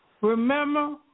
Remember